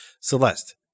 Celeste